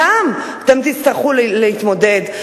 אתם, אתם תצטרכו להתמודד.